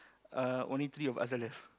uh only three of us are left